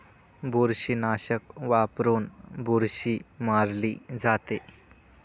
बुरशीनाशक वापरून बुरशी मारली जाते